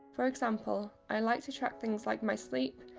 for example, i like to track things like my sleep,